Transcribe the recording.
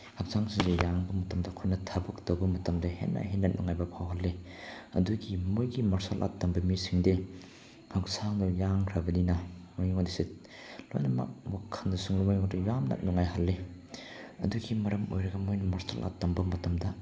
ꯍꯛꯆꯥꯡꯁꯤꯡꯁꯨ ꯌꯥꯡꯉꯛꯄ ꯃꯇꯝꯗ ꯑꯩꯈꯣꯏꯅ ꯊꯕꯛ ꯇꯧꯕ ꯃꯇꯝꯗ ꯍꯦꯟꯅ ꯍꯦꯟꯅ ꯅꯨꯡꯉꯥꯏꯕ ꯐꯥꯎꯍꯜꯂꯤ ꯑꯗꯨꯒꯤ ꯃꯣꯏꯒꯤ ꯃꯥꯔꯁꯦꯜ ꯑꯥꯔꯠ ꯇꯝꯕ ꯃꯤꯁꯤꯡꯗꯤ ꯍꯛꯆꯥꯡꯗꯣ ꯌꯥꯡꯈ꯭ꯔꯕꯅꯤꯅ ꯃꯣꯏꯉꯣꯟꯗꯁꯨ ꯂꯣꯏꯅꯃꯛ ꯋꯥꯈꯜꯗꯁꯨ ꯂꯣꯏꯅꯃꯛꯇ ꯌꯥꯝꯅ ꯅꯨꯡꯉꯥꯏꯍꯜꯂꯤ ꯑꯗꯨꯒꯤ ꯃꯔꯝ ꯑꯣꯏꯔꯒ ꯃꯣꯏꯅ ꯃꯥꯔꯁꯦꯜ ꯑꯥꯔꯠ ꯇꯝꯕ ꯃꯇꯝꯗ